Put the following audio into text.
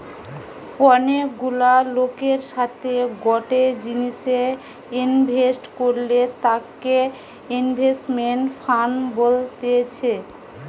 অনেক গুলা লোকের সাথে গটে জিনিসে ইনভেস্ট করলে তাকে ইনভেস্টমেন্ট ফান্ড বলতেছে